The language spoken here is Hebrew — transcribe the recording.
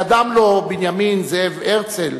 קדם לו בנימין זאב הרצל,